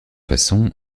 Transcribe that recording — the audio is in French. façons